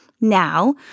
Now